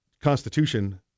Constitution